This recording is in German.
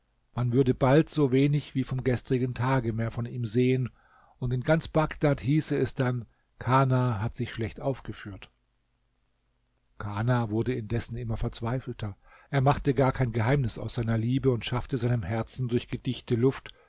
man würde bald so wenig wie vom gestrigen tage mehr von ihm sehen und in ganz bagdad hieße es dann kana hat sich schlecht aufgeführt kana wurde indessen immer verzweifelter er machte gar kein geheimnis aus seiner liebe und schaffte seinem herzen durch gedichte luft